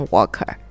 Walker